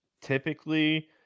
typically